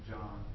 John